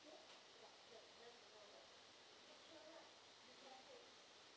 too